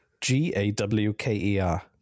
G-A-W-K-E-R